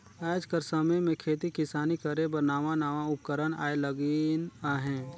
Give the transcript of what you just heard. आएज कर समे में खेती किसानी करे बर नावा नावा उपकरन आए लगिन अहें